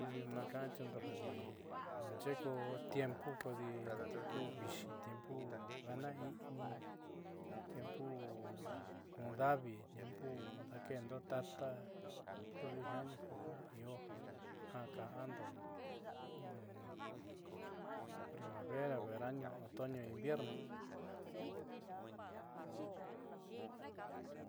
Naaka'antiundo jadi naaxe'e ku tiempo kodi tiempo viixi, tiempo gana i'ini, tiempo kun davi, tiempo daake'endo tata kodi jaani kuja io ja ka'ando primavera, verano, otoño e invierno.